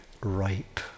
ripe